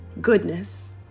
goodness